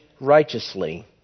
righteously